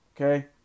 okay